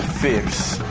fierce.